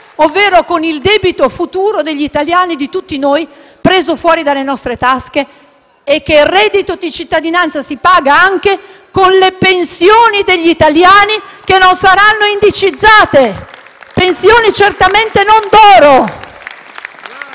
ovvero con il debito futuro degli italiani e di tutti noi, preso dalle nostre tasche, e che il reddito di cittadinanza si paga anche con le pensioni degli italiani, che non saranno indicizzate. *(Applausi dal